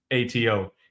ATO